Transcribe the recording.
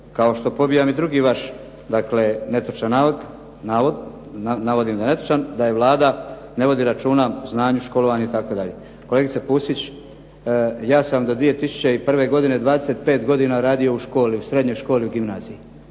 Kao što pobijam i drugi vaš dakle netočan navod, navodim da je netočan da Vlada ne vodi računa o znanju, školovanju itd. Kolegice Pusić, ja sam do 2001. godine 25 godina radio u školi, u srednjoj školi u gimnaziji